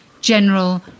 general